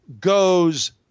goes